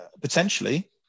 potentially